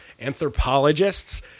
anthropologists